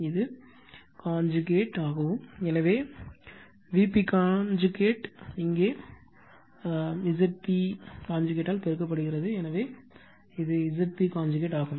இது கான்ஜுகேட் ஆகும் எனவே Vpகான்ஜுகேட் இங்கே Zp கான்ஜுகேட் எனவே இது Zp கான்ஜுகேட் ஆகும்